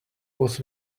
was